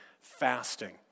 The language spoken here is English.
fasting